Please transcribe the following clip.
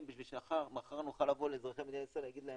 בשביל שמחר נוכל לבוא לאזרחי מדינת ישראל ולהגיד להם: